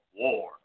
war